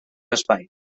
raspall